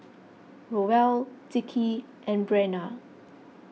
Roel Dickie and Breanna